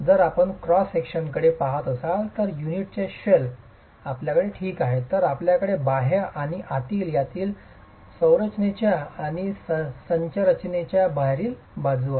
जर आपण क्रॉस सेक्शनकडे पाहत असाल तर युनिटचे शेल आपल्याकडे ठीक आहे तर आपल्याकडे बाह्य आणि आतील संरचनेच्या आतील आणि संरचनेच्या बाहेरील बाजू आहेत